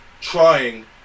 trying